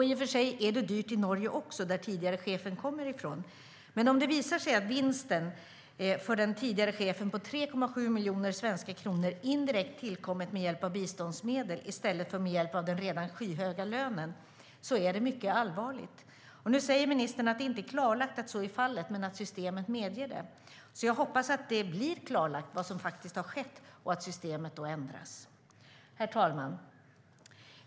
I och för sig är det dyrt i Norge också, som den tidigare chefen kommer från, men om det visar sig att vinsten för den tidigare chefen på 3,7 miljoner svenska kronor indirekt tillkommit med hjälp av biståndsmedel i stället för med hjälp av den redan skyhöga lönen är det mycket allvarligt. Nu säger ministern att det inte är klarlagt att så är fallet men att systemet medger det. Jag hoppas att det blir klarlagt vad som faktiskt har skett och att systemet då ändras. Herr talman!